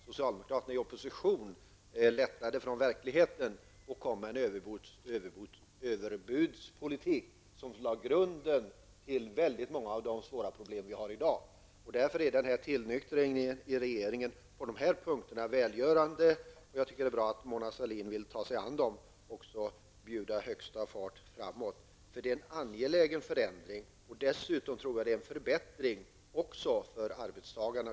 Socialdemokraterna lättade i opposition från verkligheten och kom med en överbudspolitik, som lade grunden för väldigt många av de svåra problem som vi har i dag. Därför är tillnyktringen hos regeringen på dessa punkter välgörande, och det är bra att Mona Sahlin vill ta sig an dessa frågor och sätta högsta fart framåt. Detta är en angelägen förändring och dessutom en förbättring också för arbetstagarna.